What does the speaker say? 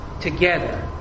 together